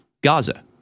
Gaza